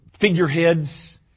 figureheads